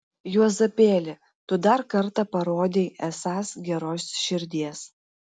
juozapėli tu dar kartą parodei esąs geros širdies